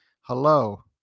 Hello